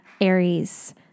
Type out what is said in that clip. Aries